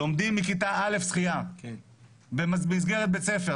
לומדים מכיתה א' שחייה במסגרת בית הספר.